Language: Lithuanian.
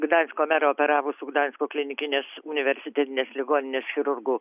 gdansko merą operavusio gdansko klinikinės universitetinės ligoninės chirurgų